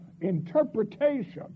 interpretation